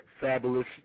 Fabulous